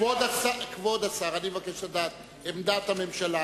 כבוד השר, אני מבקש לדעת את עמדת הממשלה.